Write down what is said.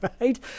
right